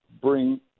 bring